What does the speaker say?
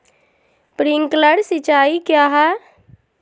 Sprinkler सिंचाई क्या है?